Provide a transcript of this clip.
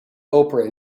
oprah